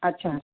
अच्छा